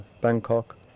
Bangkok